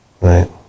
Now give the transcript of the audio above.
Right